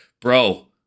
bro